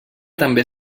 també